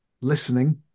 listening